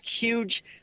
huge